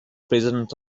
president